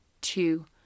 two